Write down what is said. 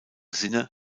sinne